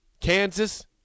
Kansas